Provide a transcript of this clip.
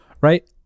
Right